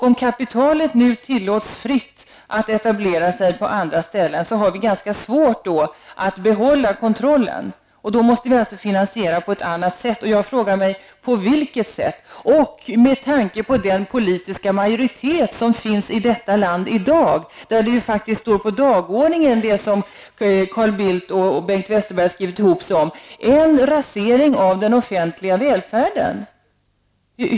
Om kapitalet tillåts fritt att etablera sig i andra länder kommer vi att ha svårt att behålla kontrollen. Då måste finansieringen ske på något annat sätt. På vilket sätt? Med tanke på den politiska majoritet som finns i detta land i dag, där Carl Bildt och Bengt Westerberg har skrivit ihop sig om det som står på dagordningen, är det en rasering av den offentliga välfärden.